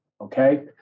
okay